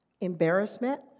embarrassment